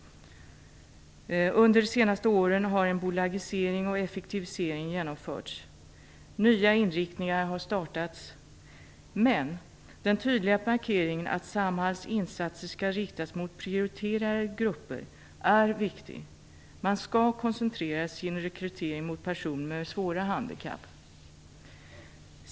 Under de senaste åren har en bolagisering och en effektivisering genomförts. Nya inriktningar har startats. Men den tydliga markeringen att Samhalls insatser skall riktas mot prioriterade grupper är viktig. Man skall koncentrera sin rekrytering mot personer med svåra handikapp.